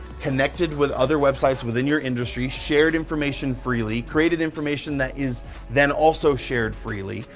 connected with other websites within your industry, shared information freely, created information that is then also shared freely,